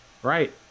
Right